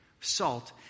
salt